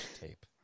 Tape